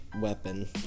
weapon